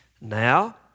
Now